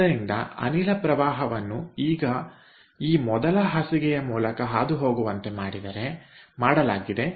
ಆದ್ದರಿಂದ ಅನಿಲ ಪ್ರವಾಹವನ್ನು ಈಗ ಈ ಮೊದಲ ಬೆಡ್ ನ ಮೂಲಕ ಹಾದುಹೋಗುವಂತೆ ಮಾಡಲಾಗಿದೆ